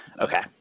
Okay